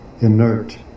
inert